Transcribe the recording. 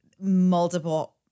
multiple